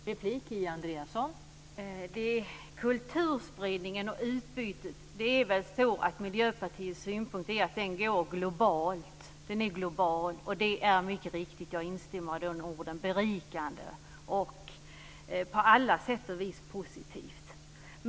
Fru talman! När det gäller kulturspridningen och utbytet är Miljöpartiets synpunkt att de är globala, och att de är - jag instämmer i de orden - berikande och på alla sätt positiva.